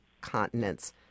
continents